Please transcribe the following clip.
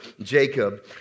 Jacob